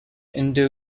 indo